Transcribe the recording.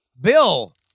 bill